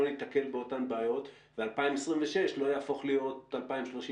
ניתקל באותן בעיות ש-2026 לא יהפוך להיות 2031?